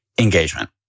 engagement